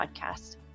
podcast